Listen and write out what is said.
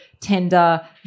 tender